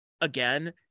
again